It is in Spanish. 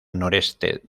noreste